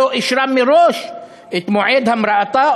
לא אישרה מראש את מועד המראתה,